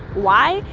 why?